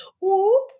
Whoop